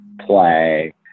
play